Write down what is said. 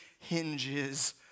hinges